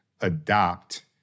adopt